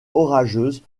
orageuse